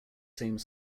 same